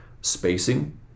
spacing